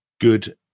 good